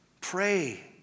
Pray